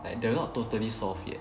like they were not totally soft yet